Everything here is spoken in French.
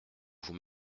vous